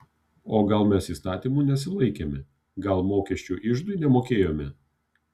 o gal mes įstatymų nesilaikėme gal mokesčių iždui nemokėjome